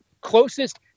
closest